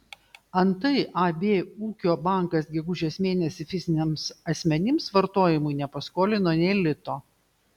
antai ab ūkio bankas gegužės mėnesį fiziniams asmenims vartojimui nepaskolino nė lito